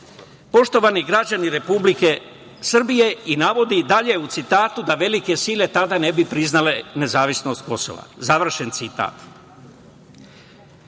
Poštovani građani Republike Srbije i navodi dalje u citatu da velike sile tada ne bi priznale nezavisnost Kosova. Završen